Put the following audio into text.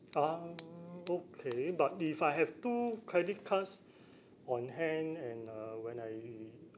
uh okay but if I have two credit cards on hand and uh when I